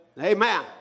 Amen